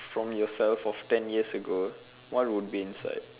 from yourself of ten years ago what would be inside